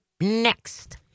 next